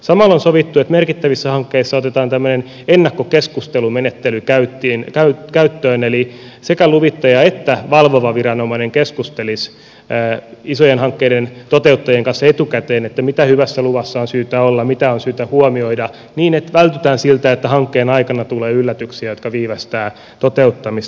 samalla on sovittu että merkittävissä hankkeissa otetaan tämmöinen ennakkokeskustelumenettely käyttöön eli sekä luvittaja että valvova viranomainen keskustelisivat isojen hankkeiden toteuttajien kanssa etukäteen mitä hyvässä luvassa on syytä olla mitä on syytä huomioida niin että vältytään siltä että hankkeen aikana tulee yllätyksiä jotka viivästyttävät toteuttamista